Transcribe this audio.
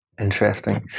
Interesting